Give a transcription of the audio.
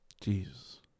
Jesus